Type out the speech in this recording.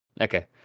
Okay